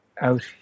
out